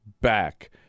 back